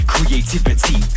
Creativity